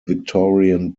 victorian